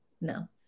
No